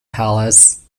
palace